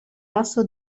lasso